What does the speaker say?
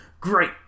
Great